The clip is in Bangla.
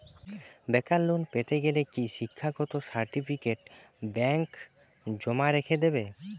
বেকার লোন পেতে গেলে কি শিক্ষাগত সার্টিফিকেট ব্যাঙ্ক জমা রেখে দেবে?